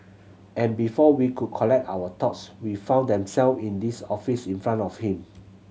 and before we could collect our thoughts we found them self in this office in front of him